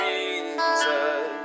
Jesus